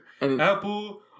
Apple